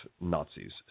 Nazis